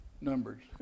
numbers